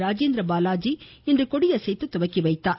ராஜேந்திரபாலாஜி இன்று கொடியசைத்து துவக்கிவைத்தார்